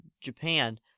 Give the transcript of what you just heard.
Japan